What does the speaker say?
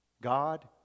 God